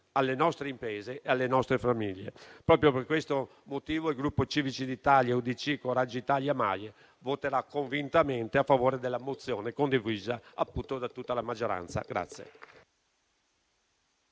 alle nostre imprese e alle nostre famiglie). Proprio per questo motivo, il Gruppo Civici d'Italia-UDC-Coraggio Italia-MAIE voterà convintamente a favore della mozione condivisa da tutta la maggioranza.